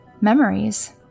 memories